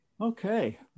Okay